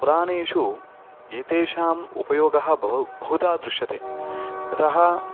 पुराणेषु एतेषाम् उपयोगः भव बहुधा दृश्यते यतः